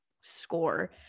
score